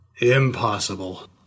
Impossible